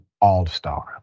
All-Star